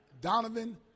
Donovan